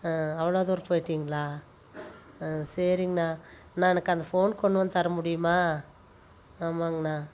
ஆ அவ்வளோ தூரம் போய்ட்டிங்களா ஆ சரிங்ண்ணா அண்ணா எனக்கு அந்த ஃபோன் கொண்டு வந்து தர முடியுமா ஆமாங்ண்ணா